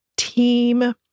team